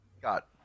got